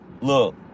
look